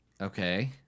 Okay